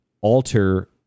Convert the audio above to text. alter